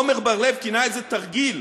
עמר בר-לב כינה את זה תרגיל,